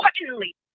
importantly